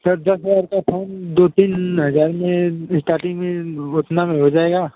sir दस हज़ार का फोन दो तीन हज़ार में इस्टारटिंग में उतना में हो जाएगा